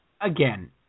Again